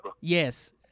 Yes